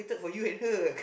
for you and her